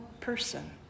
person